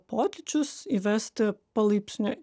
pokyčius įvesti palaipsniui